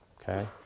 okay